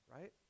right